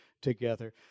together